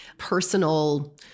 Personal